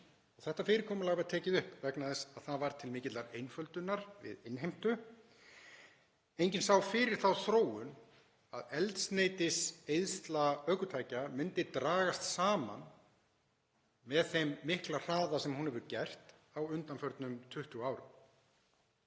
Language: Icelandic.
Þetta fyrirkomulag var tekið upp vegna þess að það var til mikillar einföldunar við innheimtu. Enginn sá fyrir þá þróun að eldsneytiseyðsla ökutækja myndi dragast saman með þeim mikla hraða sem hún hefur gert á undanförnum 20 árum.